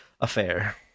affair